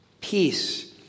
Peace